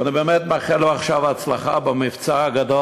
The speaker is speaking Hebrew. ואני מאחל לו עכשיו הצלחה במבצע הגדול